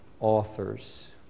authors